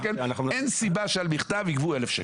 אין סיבה שעל מכתב יגבו 1,000 שקלים.